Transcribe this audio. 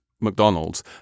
McDonald's